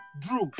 Drew